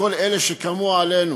מול כל אלה שקמו עלינו